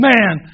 Man